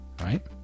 right